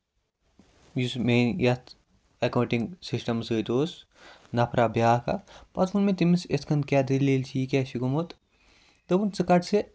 یُس میٛٲنہِ یَتھ ایٚکاونٹِگ سِسٹم سۭتۍ اوس نَفرا بیٛاکھ اکھ پَتہٕ ووٚن مےٚ تٔمِس یِتھٕ کٔنۍ کیٛاہ دٔلیل چھِ یہِ کیٛاہ چھُ گوٚمُت دوٚپُن ژٕ کڈ سا